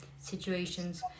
situations